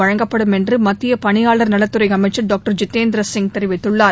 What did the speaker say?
வழங்கப்படும் என்று மத்திய பணியாளர் நலத்துறை அமைச்சர் டாக்டர் ஜிதேந்திர சிங் தெரிவித்துள்ளார்